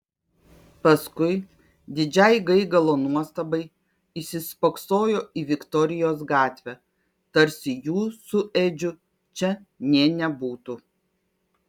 paskui didžiai gaigalo nuostabai įsispoksojo į viktorijos gatvę tarsi jų su edžiu čia nė nebūtų